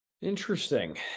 Interesting